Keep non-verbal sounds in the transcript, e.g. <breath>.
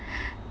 <breath>